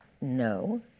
no